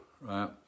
right